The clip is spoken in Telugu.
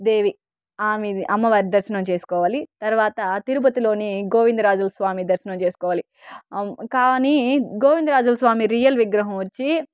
దేవి ఆమెది అమ్మవారి దర్శనం చేసుకోవాలి తర్వాత తిరుపతిలోని గోవిందరాజుల స్వామి దర్శనం చేసుకోవాలి కానీ గోవిందరాజుల స్వామి రియల్ విగ్రహం వచ్చి